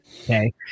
Okay